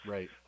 Right